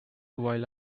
while